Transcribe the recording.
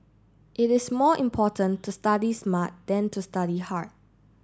it is more important to study smart than to study hard